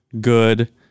good